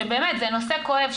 שבאמת זה נושא כואב,